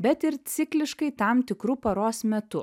bet ir cikliškai tam tikru paros metu